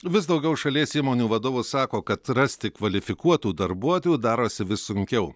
vis daugiau šalies įmonių vadovų sako kad rasti kvalifikuotų darbuotojų darosi vis sunkiau